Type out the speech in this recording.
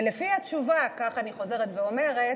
ולפי התשובה, ככה אני חוזרת ואומרת,